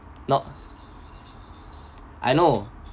not I know